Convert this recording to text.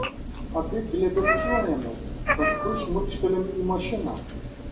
abi glėbesčiuojamės paskui šmurkštelim į mašiną